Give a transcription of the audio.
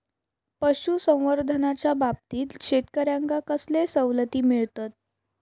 पशुसंवर्धनाच्याबाबतीत शेतकऱ्यांका कसले सवलती मिळतत?